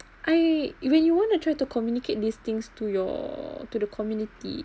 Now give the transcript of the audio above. I even you want to try to communicate these things to your to the community